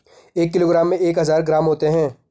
एक किलोग्राम में एक हजार ग्राम होते हैं